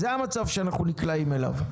זה המצב שאנחנו נקלעים אליו.